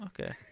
Okay